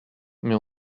mais